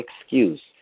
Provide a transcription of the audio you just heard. excuse